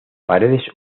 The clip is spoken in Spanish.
paredes